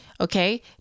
okay